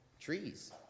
trees